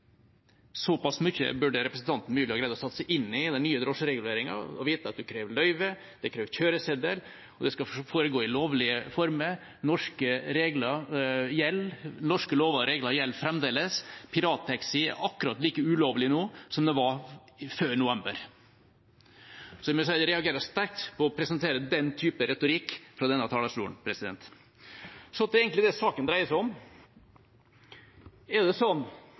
Såpass burde representanten Myrli ha greid å sette seg inn i den nye drosjereguleringen at han vet at det krever løyve, at det krever kjøreseddel, og at det skal foregå i lovlige former. Norske lover og regler gjelder fremdeles, pirattaxi er akkurat like ulovlig nå som det var før november. Jeg må si jeg reagerer sterkt på at det presenteres den type retorikk fra denne talerstolen. Så til det saken egentlig dreier seg om. Er det sånn